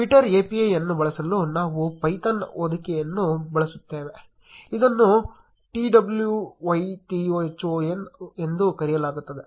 Twitter API ಅನ್ನು ಬಳಸಲು ನಾವು ಪೈಥಾನ್ ಹೊದಿಕೆಯನ್ನು ಬಳಸುತ್ತೇವೆ ಇದನ್ನು Twython ಎಂದು ಕರೆಯಲಾಗುತ್ತದೆ